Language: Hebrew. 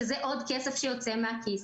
שזה עוד כסף שיוצא מהכיס.